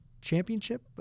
Championship